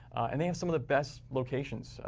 and, they have some of the best locations,